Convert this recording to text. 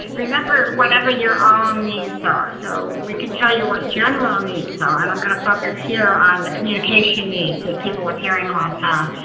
remember whatever your own needs are. so we could tell you what general needs are ah and i'm going to focus here on the communication needs that people with hearing loss have,